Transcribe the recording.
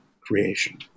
creation